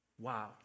Wow